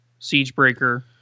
Siegebreaker